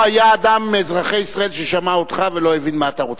לא היה אדם מאזרחי ישראל ששמע אותך ולא הבין מה אתה רוצה.